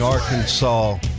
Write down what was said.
Arkansas